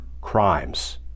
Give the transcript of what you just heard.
crimes